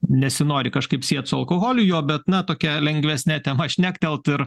nesinori kažkaip siet su alkoholiu jo bet na tokia lengvesne tema šnektelt ir